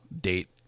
date